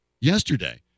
yesterday